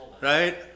Right